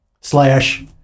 slash